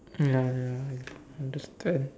ya ya I understand